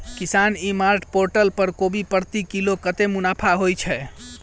किसान e mart portal पर कोबी प्रति किलो कतै मुनाफा होइ छै?